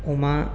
अमा